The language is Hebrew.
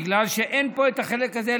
בגלל שאין פה את החלק הזה,